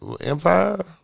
Empire